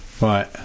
Right